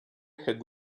had